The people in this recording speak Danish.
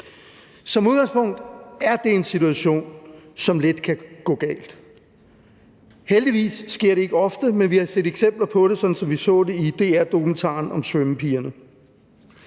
Som udgangspunkt er det en situation, som let kan gå galt. Heldigvis sker det ikke ofte, men vi har set eksempler på det, sådan som vi så det i DR-dokumentaren om svømmepigerne.